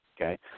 okay